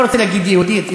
לא רוצה להגיד יהודית,